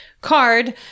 card